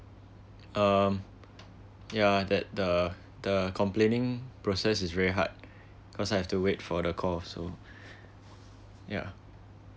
um ya that the the complaining process is very hard because I have to wait for the call so yeah